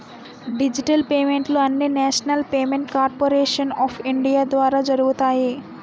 digital పేమెంట్లు అన్నీనేషనల్ payment corporation of India ద్వారా జరుగుతాయి